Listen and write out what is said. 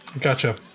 Gotcha